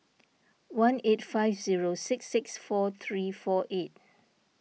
one eight five zero six six four three four eight